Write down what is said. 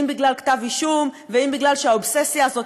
אם בגלל כתב אישום ואם בגלל שהאובססיה הזאת